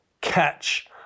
catch